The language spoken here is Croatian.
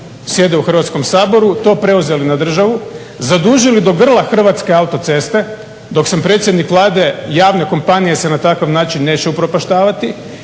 sjede u Hrvatskom saboru to preuzeli na državu, zadužili do grla Hrvatske autoceste, dok sam predsjednik Vlade javne kompanije se na takav način neće upropaštavati